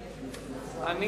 מכסות.